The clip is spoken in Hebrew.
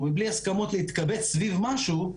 ומבלי הסכמות להתקבץ סביב משהו,